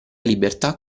libertà